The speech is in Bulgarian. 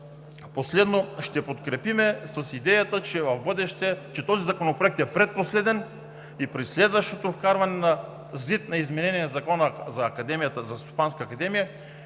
Последно, ще подкрепим с идеята, че този законопроект е предпоследен и при следващото вкарване на ЗИД на Закона за Селскостопанската академия